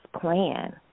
plan